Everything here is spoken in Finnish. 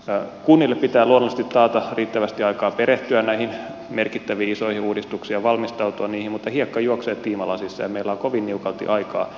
kunnille pitää luonnollisesti taata riittävästi aikaa perehtyä näihin merkittäviin isoihin uudistuksiin ja valmistautua niihin mutta hiekka juoksee tiimalasissa ja meillä on kovin niukalti aikaa